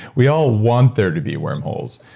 we all want there to be wormholes.